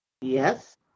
Yes